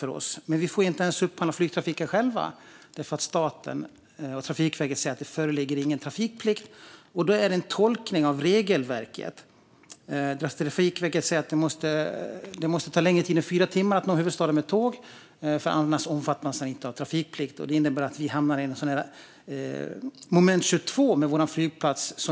Men nu får vi inte upphandla flygtrafik eftersom Trafikverket säger att det inte föreligger trafikplikt. Enligt Trafikverkets tolkning av regelverket måste det ta längre än fyra timmar att nå huvudstaden med tåg, annars omfattas man inte av trafikplikt. Detta innebär att vi hamnar i ett moment 22 med vår flygplats.